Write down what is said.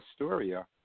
Astoria